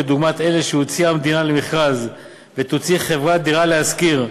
כדוגמת אלו שהוציאה המדינה למכרז ותוציא חברת "דירה להשכיר"